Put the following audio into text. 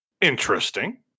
interesting